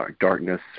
darkness